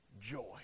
joy